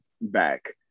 back